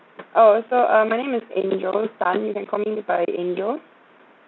oh so uh my name is angel tan you can call me by angel